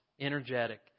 energetic